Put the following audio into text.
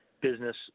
business